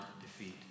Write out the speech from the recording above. defeat